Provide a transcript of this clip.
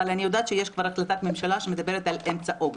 אבל אני יודעת שיש כבר החלטת ממשלה שמדברת על אמצע אוגוסט.